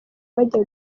bajya